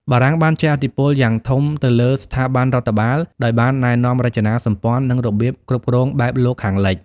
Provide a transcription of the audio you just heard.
បារាំងបានជះឥទ្ធិពលយ៉ាងធំទៅលើស្ថាប័នរដ្ឋបាល ដោយបានណែនាំរចនាសម្ព័ន្ធ និងរបៀបគ្រប់គ្រងបែបលោកខាងលិច។